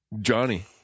Johnny